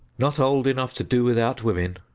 not old enough to do without women,